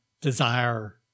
desire